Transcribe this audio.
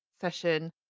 session